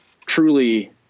truly